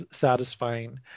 satisfying